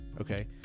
Okay